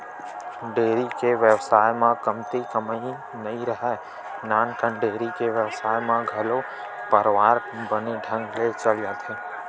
dairy के बेवसाय म कमती कमई नइ राहय, नानकन डेयरी के बेवसाय म घलो परवार बने ढंग ले चल जाथे